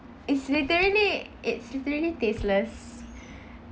it's literally it's literally tasteless